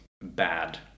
bad